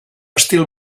estil